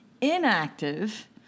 inactive